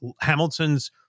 Hamilton's